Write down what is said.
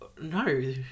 No